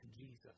Jesus